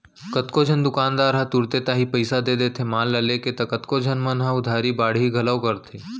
कतको झन दुकानदार ह तुरते ताही पइसा दे देथे माल ल लेके त कतको झन मन ह उधारी बाड़ही घलौ करथे